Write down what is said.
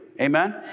Amen